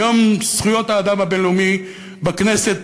ביום זכויות האדם הבין-לאומי בכנסת,